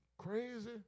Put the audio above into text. Crazy